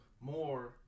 more